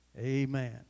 Amen